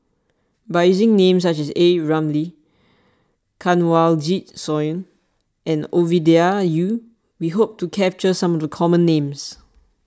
by using names such as A Ramli Kanwaljit Soin and Ovidia Yu we hope to capture some of the common names